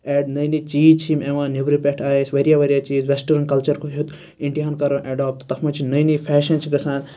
add نٔے نٔے چیٖزچھِ یِم یِوان نیٚبرٕ پیٚٹھ آے اَسہِ واریاہ واریاہ چیٖز وٮ۪سٹرن کَلچُر ہیٚوت اِنڈِیاہَن کَرُن اٮ۪ڈوپٹ تَتھ مَنٛز چھِ نٔے نٔے فیشَن چھِ گَژھان